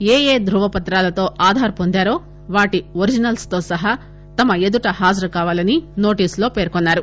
ఏఏ దృవపత్రాలతో ఆధార్ పొందారో వాటి ఒరిజినల్ తో సహా తమ ఎదుట హాజరుకావాలని నోటీసులో పేర్కొన్సారు